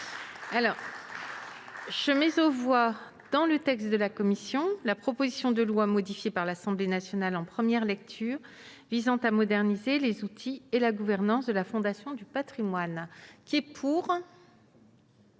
! Je mets aux voix, dans le texte de la commission, la proposition de loi, modifiée par l'Assemblée nationale en première lecture, visant à moderniser les outils et la gouvernance de la Fondation du patrimoine. Mes chers